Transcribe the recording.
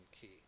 key